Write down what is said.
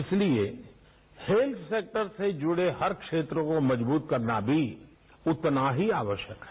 इसलिए health sector से जुड़े हर क्षेत्रों को मजबूत करना भी उतना ही आवश्यक है